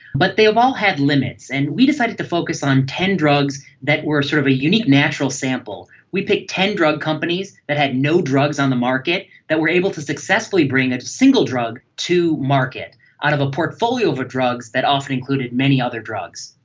but they have all had limits. and we decided to focus on ten drugs that were sort of a unique natural sample. we picked ten drug companies that had no drugs on the market, that were able to successfully bring a single drug to market out of a portfolio of drugs that often included many other drugs.